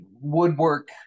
woodwork